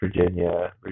Virginia